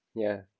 yeah